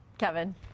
Kevin